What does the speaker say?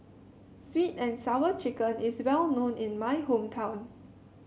sweet and Sour Chicken is well known in my hometown